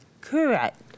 Correct